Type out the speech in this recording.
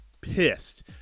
pissed